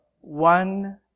one